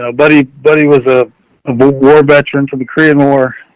so buddy buddy was a ah war veteran for the korean war.